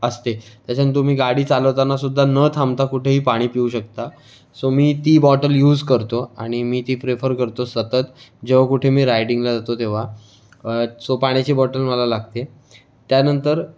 असते त्याच्यानं तुम्ही गाडी चालावतानासुद्धा न थांबता कुठेही पाणी पिऊ शकता सो मी ती बॉटल यूज करतो आणि मी ती प्रेफर करतो सतत जेव्हा कुठे मी रायडिंगला जातो तेव्हा सो पाण्याची बॉटल मला लागते त्यानंतर